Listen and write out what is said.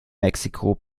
mexico